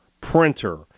printer